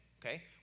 okay